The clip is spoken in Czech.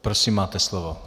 Prosím máte slovo.